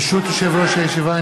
ברשות יושב-ראש הישיבה,